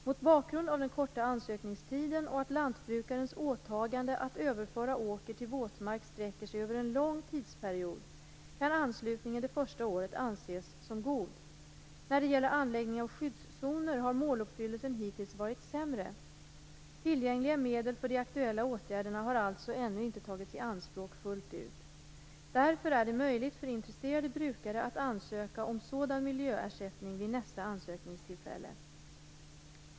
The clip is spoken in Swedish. Mot bakgrund av den korta ansökningstiden och att lantbrukarens åtagande att överföra åker till våtmark sträcker sig över en lång tidsperiod kan anslutningen det första året anses som god. När det gäller anläggning av skyddszoner har måluppfyllelsen hittills varit sämre. Tillgängliga medel för de aktuella åtgärderna har alltså ännu inte tagits i anspråk fullt ut. Därför är det möjligt för intresserade brukare att ansöka om sådan miljöersättnig vid nästa ansökningstillfälle.